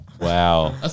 Wow